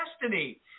destiny